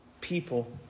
people